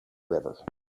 river